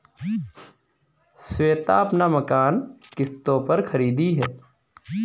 श्वेता अपना मकान किश्तों पर खरीदी है